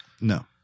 No